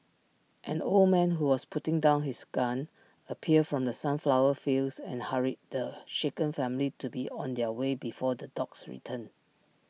an old man who was putting down his gun appeared from the sunflower fields and hurried the shaken family to be on their way before the dogs return